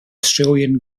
australian